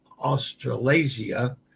Australasia